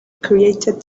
created